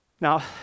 Now